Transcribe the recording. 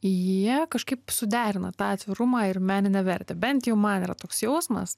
jie kažkaip suderina tą atvirumą ir meninę vertę bent jau man yra toks jausmas